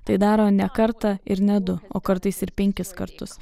tai daro ne kartą ir ne du o kartais ir penkis kartus